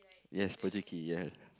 yes